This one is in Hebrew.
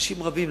אנשים רבים,